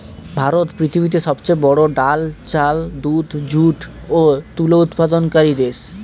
ভারত পৃথিবীতে সবচেয়ে বড়ো ডাল, চাল, দুধ, যুট ও তুলো উৎপাদনকারী দেশ